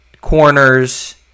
corners